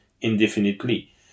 indefinitely